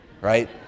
right